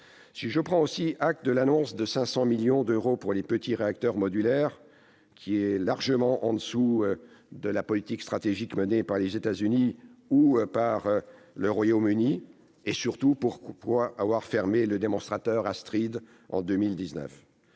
? Je prends acte, aussi, de l'annonce de 500 millions d'euros consacrés aux petits réacteurs modulaires, mais elle est largement en deçà de la politique stratégique menée par les États-Unis ou le Royaume-Uni. Surtout, pourquoi avoir fermé le démonstrateur Astrid en 2019